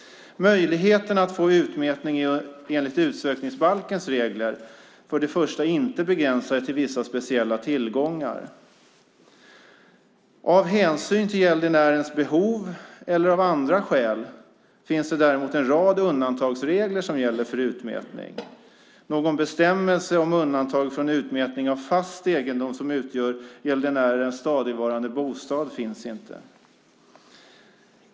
Möjligheten att få utmätning enligt utsökningsbalkens regler är för det första inte begränsade till vissa speciella tillgångar. Av hänsyn till gäldenärens behov eller av andra skäl finns det däremot en rad undantagsregler som gäller för utmätning. Någon bestämmelse om undantag från utmätning av fast egendom som utgör gäldenärens stadigvarande bostad finns inte.